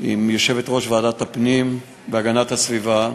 עם יושבת-ראש ועדת הפנים והגנת הסביבה,